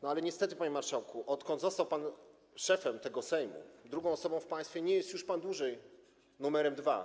No ale niestety, panie marszałku, odkąd został pan szefem tego Sejmu, drugą osobą w państwie, nie jest już pan dłużej numerem dwa.